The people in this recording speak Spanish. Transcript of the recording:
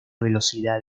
velocidad